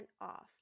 off